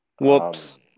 Whoops